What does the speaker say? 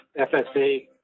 FSA